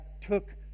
took